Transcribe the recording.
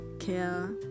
care